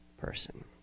person